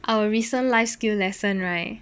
our recent life skill lesson right